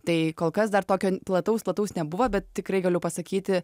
tai kol kas dar tokio plataus plataus nebuvo bet tikrai galiu pasakyti